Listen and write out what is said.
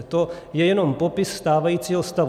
To je jenom popis stávajícího stavu.